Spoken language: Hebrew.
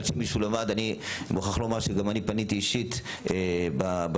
אני מוכרח לומר שגם אני פניתי אישית בשבוע,